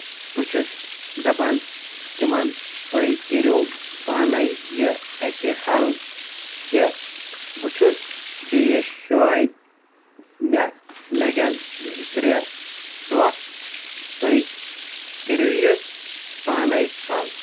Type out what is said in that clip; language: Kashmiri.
بہٕ چھُس دَپان تِمن تۄہہِ کٔرِو پانے یہِ اَتہِ حل کہِ بہٕ چھُس بیٚیس جایہِ مےٚ لَگن زٕ ترٛےٚ دۄہ تۄہہِ کٔرِو یہِ پانے حل